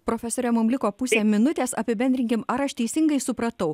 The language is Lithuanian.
profesore mum liko pusė minutės apibendrinkim ar aš teisingai supratau